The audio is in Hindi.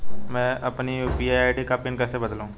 मैं अपनी यू.पी.आई आई.डी का पिन कैसे बदलूं?